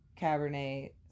Cabernet